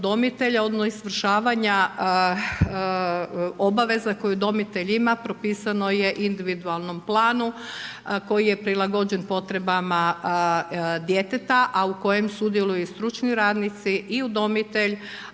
odnosno izvršavanja obaveze koju udomitelj ima, propisano je u individualnom planu koji je prilagođen potrebama djeteta, a u kojem sudjeluju i stručni radnici, i udomitelj,